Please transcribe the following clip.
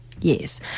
Yes